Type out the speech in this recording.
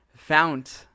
found